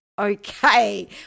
Okay